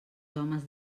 homes